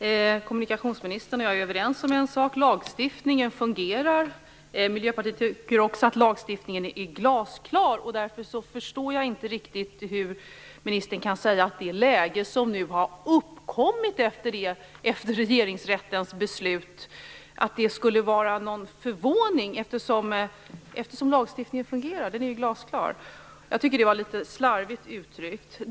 Fru talman! Kommunikationsministern och jag är överens om en sak: Lagstiftningen fungerar. Miljöpartiet tycker också att lagstiftningen är glasklar. Därför förstår jag inte riktigt hur ministern kan säga att det läge som har uppkommit efter Regeringsrättens beslut skulle vara förvånande. Lagstiftningen fungerar ju, och den är glasklar. Jag tycker att det var litet slarvigt uttryckt.